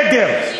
עדר.